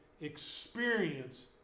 experience